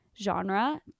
genre